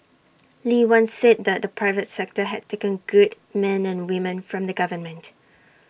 lee once said that the private sector had taken good men and women from the government